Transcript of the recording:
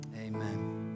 amen